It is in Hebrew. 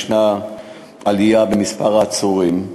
יש עלייה במספר העצורים.